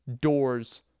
doors